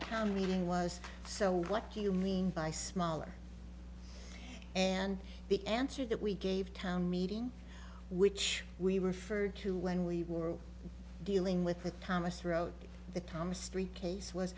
town meeting was so what do you mean by smaller and the answer that we gave town meeting which we referred to when we were dealing with the thomas throughout the thomas three case was